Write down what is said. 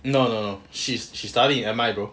no no no she's she's studying in M_I bro